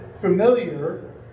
familiar